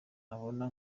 ntabana